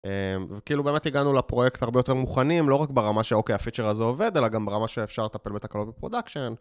וכאילו באמת הגענו לפרויקט הרבה יותר מוכנים, לא רק ברמה שהפיצ'ר הזה עובד, אלא גם ברמה שאפשר לטפל בתקלות בפרודקשן.